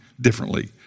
differently